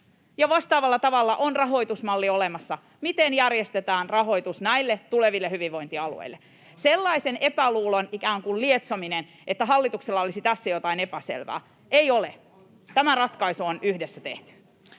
vastaavalla tavalla on rahoitusmalli olemassa, miten järjestetään rahoitus näille tuleville hyvinvointialueille. Sellaisen epäluulon ikään kuin lietsominen, että hallituksella olisi tässä jotain epäselvää — epäselvää ei ole. Tämä ratkaisu on yhdessä tehty.